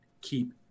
keep